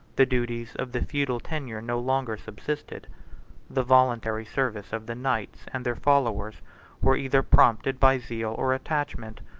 the duties of the feudal tenure no longer subsisted the voluntary service of the knights and their followers were either prompted by zeal or attachment,